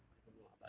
I don't know ah but